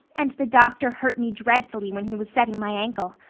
and the doctor hurt me dreadfully when he was setting my ankle.